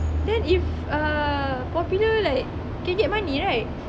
then if ah popular like can get money right